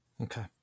Okay